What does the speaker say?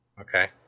Okay